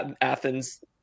Athens